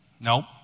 Nope